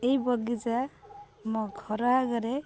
ଏଇ ବଗିଚା ମୋ ଘର ଆଗରେ